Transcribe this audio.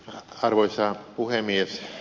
arvoisa puhemies